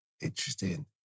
interesting